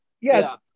Yes